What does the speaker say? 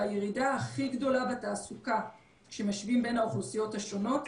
שהירידה הכי גדולה בתעסוקה כשמשווים בין האוכלוסיות השונות,